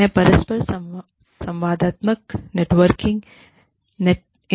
है परस्पर संवादात्मक नेटवर्किंगइंटरएक्टिव नेटवर्किंग